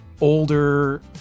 older